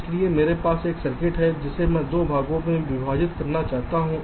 इसलिए मेरे पास एक सर्किट है जिसे मैं 2 भागों में विभाजित करना चाहता हूं